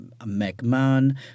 McMahon